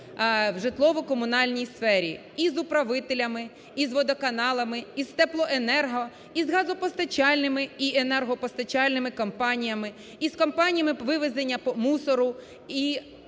в житлово-комунальній сфері: і з управителями, і з водоканалами, і з теплоенерго, і з газопостачальними, і енергопостачальними компаніями, і з компаніями вивезення мусору.